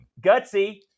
Gutsy